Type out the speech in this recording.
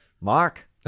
Mark